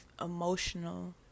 emotional